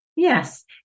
Yes